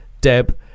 Deb